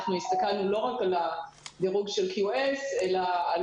אנחנו הסתכלנו לא רק על הדירוג של QS אלא על